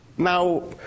Now